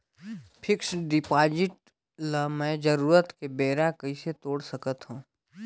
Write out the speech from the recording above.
Fixed deposit ल मैं जरूरत के बेरा कइसे तोड़ सकथव?